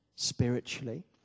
spiritually